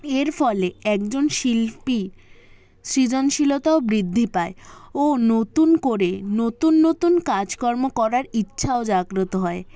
এর ফলে একজন শিল্পী সৃজনশীলতাও বৃদ্ধি পায় ও নতুন করে নতুন নতুন কাজকর্ম করার ইচ্ছাও জাগ্রত হয়